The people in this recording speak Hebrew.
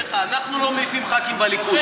לא, אמרתי לך, אנחנו לא מעיפים ח"כים בליכוד.